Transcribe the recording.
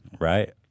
Right